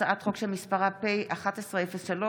הצעת חוק שמספרה פ/1103/24,